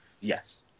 yes